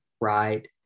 right